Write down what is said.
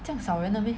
这样少人的 meh